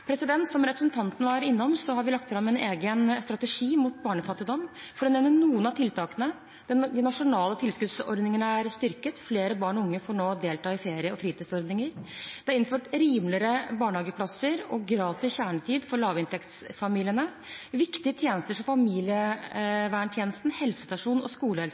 Som representanten var innom, har vi lagt fram en egen strategi mot barnefattigdom. For å nevne noen av tiltakene: De nasjonale tilskuddsordningene er styrket, flere barn og unge får nå delta i ferie- og fritidsordninger, det er innført rimeligere barnehageplasser og gratis kjernetid for barn i lavinntektsfamilier, viktige tjenester som familieverntjenesten, helsestasjon og